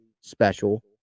special